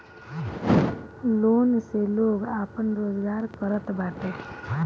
loan से लोग आपन रोजगार करत बाटे